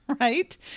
Right